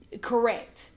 correct